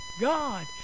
God